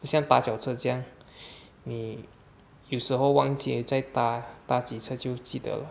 先把脚成这样你有时候忘记在达达几次就记得了